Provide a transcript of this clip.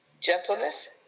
gentleness